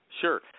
sure